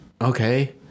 okay